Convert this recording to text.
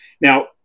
Now